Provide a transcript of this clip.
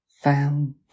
found